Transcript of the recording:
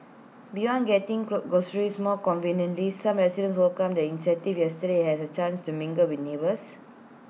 beyond getting glow groceries more conveniently some residents welcomed the initiative yesterday as A chance to mingle with neighbours